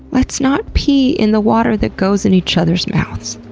let's not pee in the water that goes in each other's mouths.